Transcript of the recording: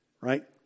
right